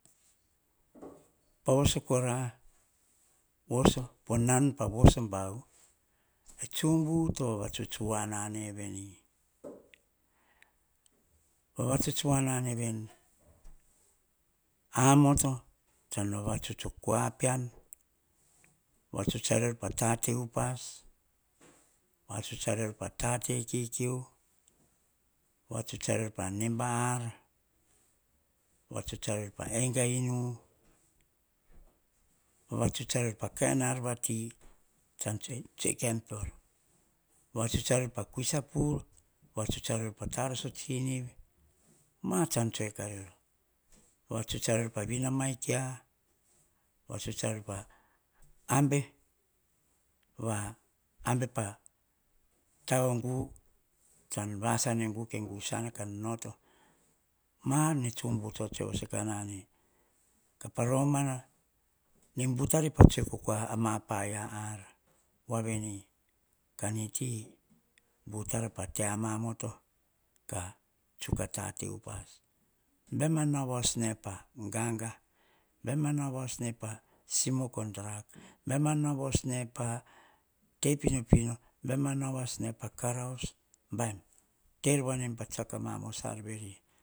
Pa voso kora, po nan pa voso buavu, e tsubu to vavatuts voa na neveni, amoto tsan vavatuts o kua pean, vavatuts arior pate upas, vavatuts arior pa tate kikiu, vavatuts arior pa neba ar, vavatuts arior pa eng a inu, vavatuts em peor pa kain ar vati, tsoe kem pean vavatuts pa kuis a pui, vavatuts arior pa tarasa o tsinivi, mar tsan tsoe ka rior, vavatuts arior pa vin a maikia, vavatuts arior pa abe, abe pa tao gu, tsan casana e gu, ko sana kan noto, ma ar ne tsubu tsotoe ka voo nane. Ka pa romana, nene butarai pa tsoe ko kua a ma paia ar, voa veni, kaniti, butara ka te ama moto, ka tsuk a upas, baim a nao voasnae po gaga, mema na voasnae pa simuk o drug, mema na oasnae pa kei pinopino, mema nao voasnae pa karaus, baim, terova nem pa tsiako a ma mos ar sal veri. Oyia ane tsumbu